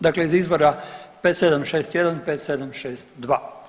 Dakle iz izvora 5761 5762.